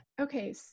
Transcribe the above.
Okay